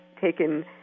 taken